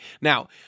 Now